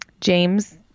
James